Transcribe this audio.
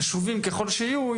חשובים ככל שיהיו,